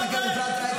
תודה רבה.